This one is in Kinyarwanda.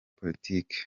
politiki